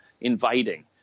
inviting